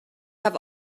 have